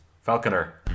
Falconer